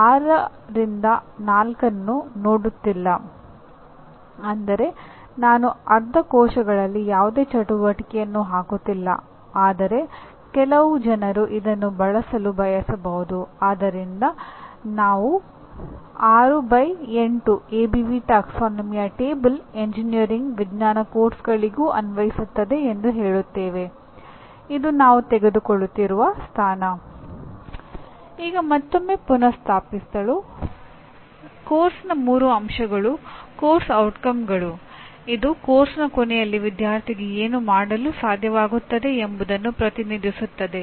ಈಗ ಮತ್ತೊಮ್ಮೆ ಪುನಃ ಸ್ಥಾಪಿಸಲು ಪಠ್ಯಕ್ರಮದ ಮೂರು ಅಂಶಗಳು ಪಠ್ಯಕ್ರಮದ ಪರಿಣಾಮಗಳು ಇದು ಪಠ್ಯಕ್ರಮದ ಕೊನೆಯಲ್ಲಿ ವಿದ್ಯಾರ್ಥಿಗೆ ಏನು ಮಾಡಲು ಸಾಧ್ಯವಾಗುತ್ತದೆ ಎಂಬುದನ್ನು ಪ್ರತಿನಿಧಿಸುತ್ತದೆ